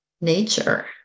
nature